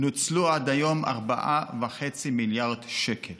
נוצלו עד היום 4.5 מיליארד שקל.